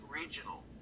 regional